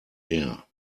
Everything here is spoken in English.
air